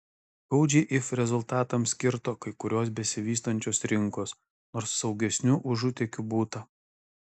skaudžiai if rezultatams kirto kai kurios besivystančios rinkos nors saugesnių užutėkių būta